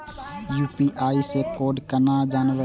UPI से code केना जानवै?